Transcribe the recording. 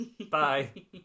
bye